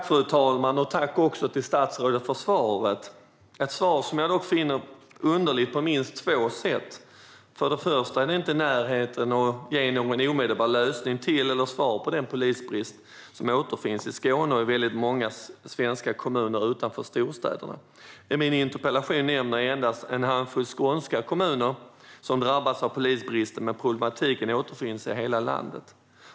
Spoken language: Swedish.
Fru talman! Tack, statsrådet, för svaret! Det är dock ett svar som jag finner underligt på minst två sätt. För det första är det inte i närheten av att ge någon omedelbar lösning eller något svar på den polisbrist som återfinns i Skåne och i väldigt många svenska kommuner utanför storstäderna. I min interpellation nämner jag endast en handfull skånska kommuner som drabbats av polisbristen, men problematiken återfinns i hela landet.